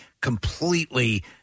completely